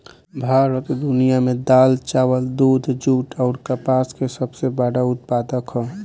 भारत दुनिया में दाल चावल दूध जूट आउर कपास का सबसे बड़ा उत्पादक ह